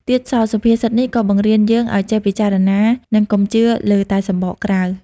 ទៀតសោធសុភាសិតនេះក៏បង្រៀនយើងឱ្យចេះពិចារណា និងកុំជឿលើតែសម្បកក្រៅ។